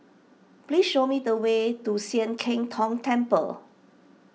please show me the way to Sian Keng Tong Temple